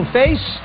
face